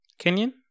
Kenyan